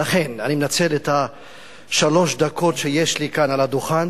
ולכן אני מנצל את שלוש הדקות שיש לי כאן על הדוכן